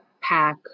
pack